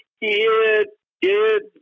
it—it